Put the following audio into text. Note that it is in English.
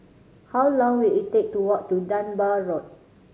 how long will it take to walk to Dunbar Road